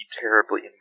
terribly